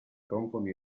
rompono